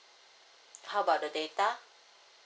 how about the data